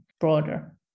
broader